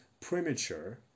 premature